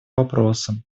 вопросам